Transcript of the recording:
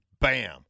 bam